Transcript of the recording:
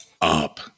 up